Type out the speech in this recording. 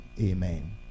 Amen